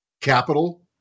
capital